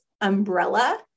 umbrella